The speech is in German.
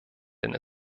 denn